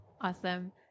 Awesome